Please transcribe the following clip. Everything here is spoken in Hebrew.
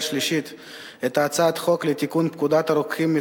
שלישית את הצעת חוק לתיקון פקודת הרוקחים (מס'